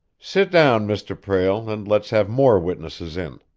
sit down, mr. prale, and let's have more witnesses in,